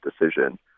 decision